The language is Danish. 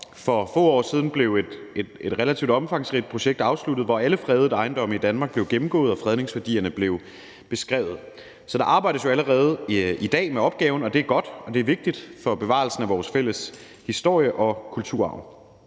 For få år siden blev et relativt omfangsrigt projekt afsluttet, hvor alle fredede ejendomme i Danmark blev gennemgået, og hvor fredningsværdierne blev beskrevet. Så der arbejdes jo allerede i dag med opgaven, og det er godt, og det er vigtigt for bevarelsen af vores fælles historie og kulturarv.